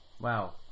Wow